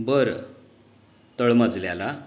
बरं तळमजल्याला